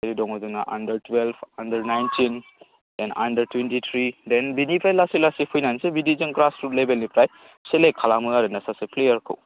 जेरै दं जोंना under twelve under nineteen and under twenty three then बिनिफ्राय जों लासै लासै फैनानैसो बिदि जों ग्रास रुट लेवेलनिफ्राय सिलेक्त खालामो आरो ना सासे प्लेयारखौ